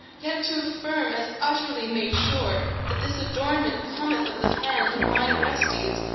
yet to affirm, as utterly made sure, that this adornment cometh of the hand of mine orestes,